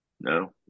No